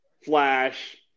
Flash